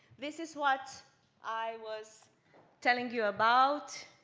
this is what i was telling you about.